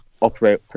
operate